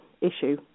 issue